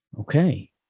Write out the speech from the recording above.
okay